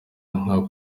nka